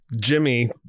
Jimmy